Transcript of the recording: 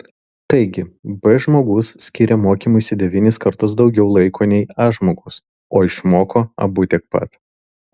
taigi b žmogus skyrė mokymuisi devynis kartus daugiau laiko nei a žmogus o išmoko abu tiek pat